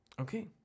Okay